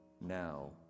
now